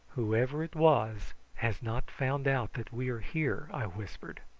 whoever it was has not found out that we are here, i whispered.